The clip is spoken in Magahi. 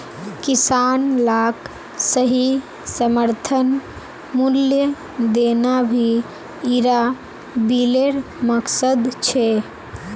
किसान लाक सही समर्थन मूल्य देना भी इरा बिलेर मकसद छे